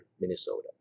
Minnesota